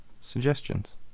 suggestions